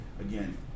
again